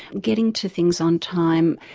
getting to things on time,